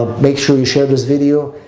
ah make sure you share this video.